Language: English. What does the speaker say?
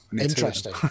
Interesting